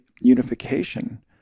unification